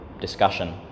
discussion